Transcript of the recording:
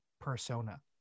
persona